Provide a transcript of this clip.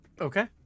Okay